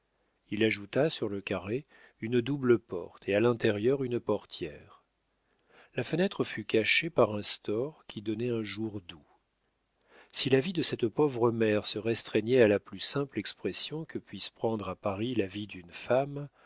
il ajouta sur le carré une double porte et à l'intérieur une portière la fenêtre fut cachée par un store qui donnait un jour doux si la vie de cette pauvre mère se restreignait à la plus simple expression que puisse prendre à paris la vie d'une femme